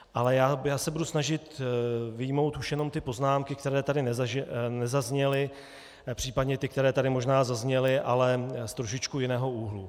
Ale já se budu snažit vyjmout už jenom poznámky, které tady nezazněly, případně ty, které tady možná zazněly, ale z trošičku jiného úhlu.